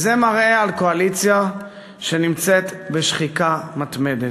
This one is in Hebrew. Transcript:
זה מראה על קואליציה שנמצאת בשחיקה מתמדת.